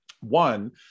One